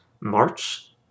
March